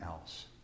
else